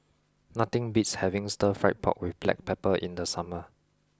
nothing beats having stir fried pork with black pepper in the summer